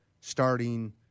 starting